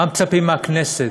מה מצפים מהכנסת?